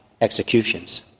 executions